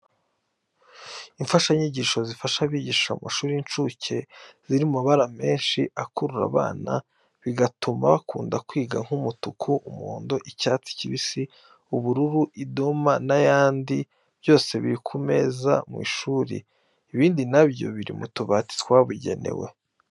Imfashanyigisho zifasha abigisha mu mashuri y'incuke, ziri mu mabara menshi akurura abana bigatuma bakunda kwiga nk'umutuku, umuhondo, icyatsi kibisi, ubururu, idoma n'ayandi byose biri ku meze ari mu ishuri. Ibindi na byo biri mu tubati twabugenewe.